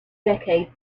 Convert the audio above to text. decades